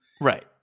Right